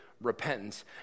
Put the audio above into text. repentance